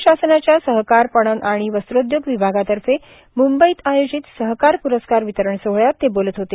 राज्य शासनाच्या सहकार पणन आणि वस्त्रोदयोग विभागातर्फे म्ंबईत आयोजित सहकार प्रस्कार वितरण सोहळ्यात ते बोलत होते